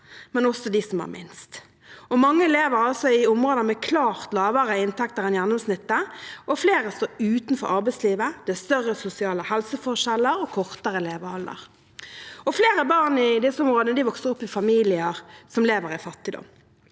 og også de som har minst. Mange lever i områder med klart lavere inntekter enn gjennomsnittet, flere står utenfor arbeidslivet, og det er større sosiale helseforskjeller og kortere levealder. Flere barn i disse områdene vokser opp i familier som lever i fattigdom.